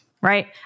right